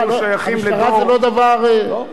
אנחנו שייכים לדור, המשטרה זה לא דבר, לא.